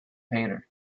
painter